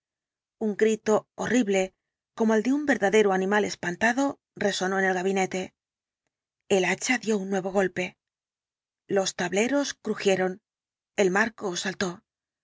un grito horrible como el de un verdadero animal espantado resonó en el gabinete el hacha dio un nuevo golpe los tableros crujieron el marco saltó